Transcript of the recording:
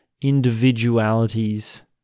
individualities